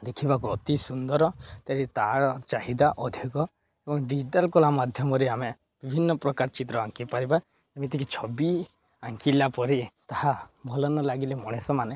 ଦେଖିବାକୁ ଅତି ସୁନ୍ଦର ତେବେ ତାର ଚାହିଦା ଅଧିକ ଏବଂ ଡିଜିଟାଲ କଳା ମାଧ୍ୟମରେ ଆମେ ବିଭିନ୍ନ ପ୍ରକାର ଚିତ୍ର ଆଙ୍କିପାରିବା ଯେମିତିକି ଛବି ଆଙ୍କିଲା ପରି ତାହା ଭଲ ନ ଲାଗିଲେ ମଣିଷମାନେ